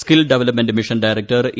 സ്ക്രീൽ development mission director A